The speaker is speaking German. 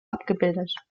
abgebildet